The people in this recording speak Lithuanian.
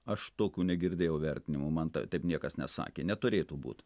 aš tokių negirdėjau vertinimų man taip niekas nesakė neturėtų būt